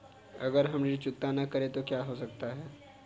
अगर हम ऋण चुकता न करें तो क्या हो सकता है?